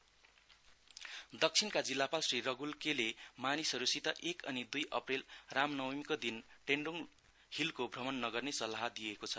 Ramnavami corona दक्षिणका जिल्लापाल श्री रग्ल के ले मानिसहरूसित एक अनि दुई अप्रेल रामनवमीको दिन टेण्डोङ हिलको भ्रमण नगर्ने सल्लाह दिएको छ